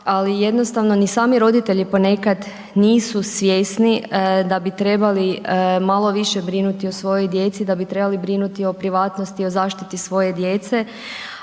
Ali jednostavno ni sami roditelji, ponekad nisu svjesni da bi trebali malo više brinuti o svojoj djeci, da bi trebali brinuti o privatnosti, o zaštiti svoje djece,